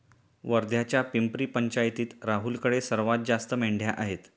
वर्ध्याच्या पिपरी पंचायतीत राहुलकडे सर्वात जास्त मेंढ्या आहेत